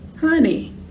Honey